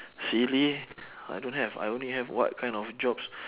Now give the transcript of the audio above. silly I don't have I only have what kind of jobs